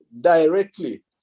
directly